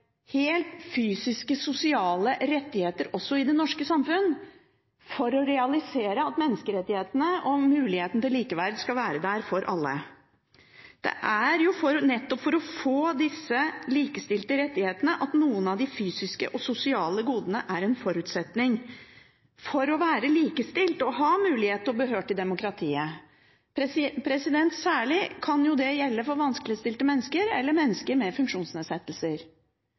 del fysiske og sosiale rettigheter også i det norske samfunn for å realisere at menneskerettigheter og muligheter til likeverd skal være der for alle. Disse fysiske og sosiale godene er en forutsetning nettopp for å få likestilte rettigheter, for å være likestilt og ha mulighet til å bli hørt i demokratiet. Særlig kan det gjelde for vanskeligstilte mennesker eller for mennesker med funksjonsnedsettelser.